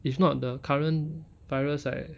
if not the current virus like